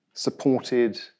Supported